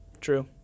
True